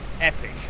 epic